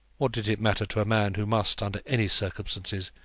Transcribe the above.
what did it matter to a man who must, under any circumstances,